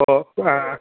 ഓ ആ